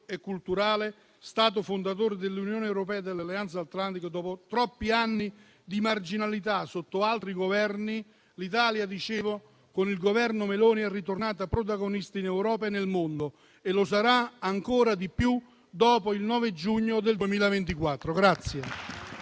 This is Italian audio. e culturale, Stato fondatore dell'Unione europea e dell'Alleanza atlantica, dopo troppi anni di marginalità sotto altri Esecutivi, con il Governo Meloni è ritornata protagonista in Europa e nel mondo e lo sarà ancora di più dopo il 9 giugno del 2024.